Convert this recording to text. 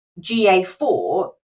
GA4